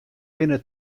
binne